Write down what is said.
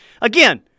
Again